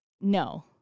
No